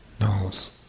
knows